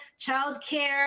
childcare